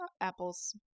apples